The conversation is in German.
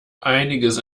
einiges